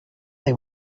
they